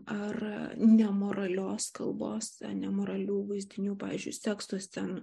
ar nemoralios kalbos nemoralių vaizdinių pavyzdžiui sekso scenų